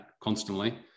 constantly